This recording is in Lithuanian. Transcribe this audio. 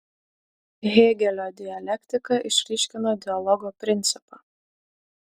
hėgelio dialektika išryškino dialogo principą